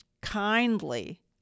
kindly